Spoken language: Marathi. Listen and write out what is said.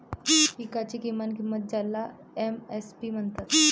पिकांची किमान किंमत ज्याला एम.एस.पी म्हणतात